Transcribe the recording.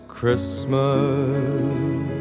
Christmas